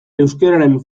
euskararen